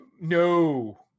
no